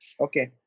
okay